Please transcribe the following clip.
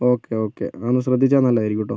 okay okay ഒന്ന് ശ്രദ്ധിച്ചാൽ നല്ലതായിരിക്കും കെട്ടോ